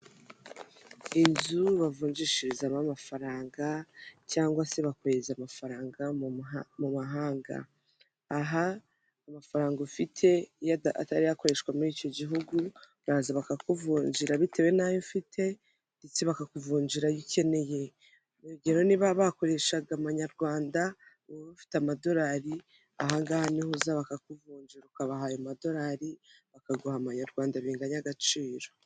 inzu bavunjishirizamo amafaranga cyangwa se bakohereza amafaranga mu mahanga aha amafaranga ufite iyo atari yakoreshwa muri icyo gihugu bazaza bakakuvunjira bitewe n'ayo ufite ndetse bakakuvunjira ayo ukeneye urugero niba bakoreshaga amanyarwanda wowe ufite amadorari ahangaga niho uza bakakuvunjara ukabaha ayo amadorari bakaguha abanyarwanda biganya agaciro.